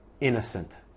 innocent